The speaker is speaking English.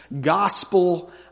gospel